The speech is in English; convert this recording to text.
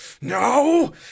no